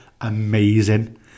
amazing